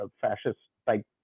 fascist-type